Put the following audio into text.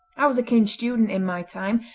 i was a keen student in my time,